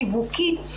שיווקית,